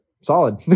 solid